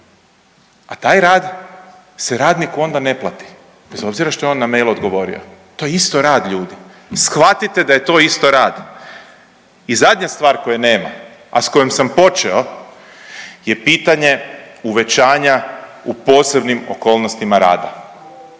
A taj rad se radniku onda ne plati bez obzira što je on na mail odgovorio. To je isto rad, ljudi. Shvatite da je to isto rad. I zadnja stvar koje nema, a s kojom sam počeo je pitanje uvećanja u posebnim okolnostima rada.